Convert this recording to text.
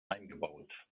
eingebaut